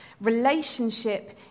Relationship